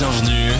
bienvenue